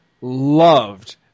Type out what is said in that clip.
loved